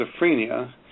schizophrenia